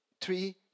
three